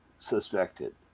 suspected